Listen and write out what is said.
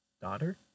daughter